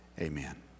amen